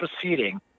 proceeding